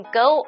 go